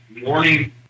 morning